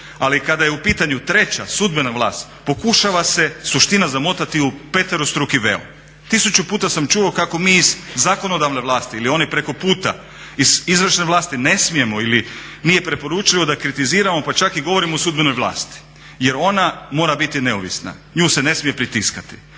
ali kada je u pitanju treća, sudbena vlast pokušava se suština zamotati u peterostruki veo. Tisuću puta sam čuo kako mi iz zakonodavne vlasti ili one preko puta iz izvršne vlasti ne smijemo ili nije preporučljivo da kritiziramo pa čak i govorimo o sudbenoj vlasti jer ona mora biti neovisna, nju se ne smije pritiskati,